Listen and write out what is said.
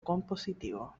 compositivo